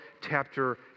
chapter